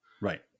Right